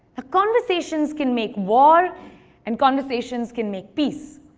ah conversations can make war and conversations can make peace.